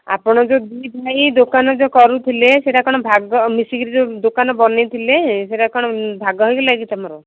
ଆପଣ ଯେଉଁ ଦୁଇ ଭାଇ ଦୋକାନ ଯେଉଁ କରୁଥିଲେ ସେଇଟା କ'ଣ ଭାଗ ମିଶିକିରି ଯେଉଁ ଦୋକାନ ବନାଇଥିଲେ ସେଇଟା କ'ଣ ଭାଗ ହେଇଗଲା କି ତୁମର